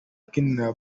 ukinira